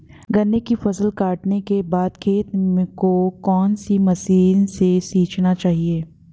गन्ने की फसल काटने के बाद खेत को कौन सी मशीन से सींचना चाहिये?